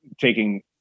taking